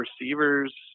receivers